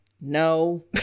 No